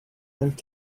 and